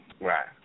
right